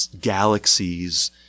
galaxies